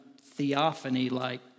theophany-like